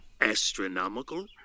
astronomical